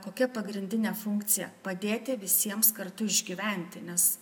kokia pagrindinė funkcija padėti visiems kartu išgyventi nes